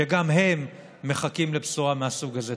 שגם הם מחכים לבשורה מהסוג הזה.